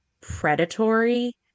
predatory